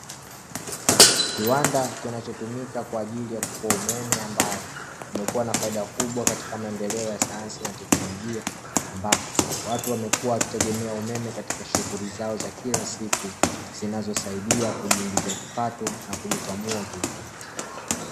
Kiwanda kinachotumika kwa ajili ya kufua umeme ambao, umekuwa na faida kubwa katika maendeleo ya sayansi na teknolojia ambapo, watu wamekuwa wakitegemea umeme katika shughuli zao za kila siku, zinazosaidia kujiingizia kipato na kujikwamua kiuchumi.